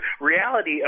reality